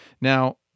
Now